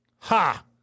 Ha